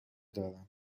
دارم